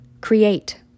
create